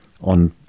on